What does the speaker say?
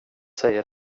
säger